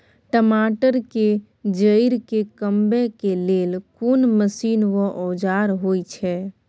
टमाटर के जईर के कमबै के लेल कोन मसीन व औजार होय छै?